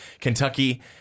Kentucky